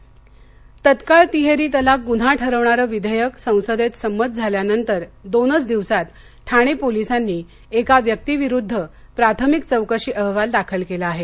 तलाक तत्काळ तिहेरी तलाक गुन्हा ठरवणारं विधेयक संसदेत संमत झाल्यानंतर दोनच दिवसात ठाणे पोलिसांनी एका व्यक्तीविरुद्ध प्राथमिक चौकशी अहवाल दाखल केला आहे